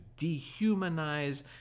dehumanize